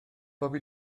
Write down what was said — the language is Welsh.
bobi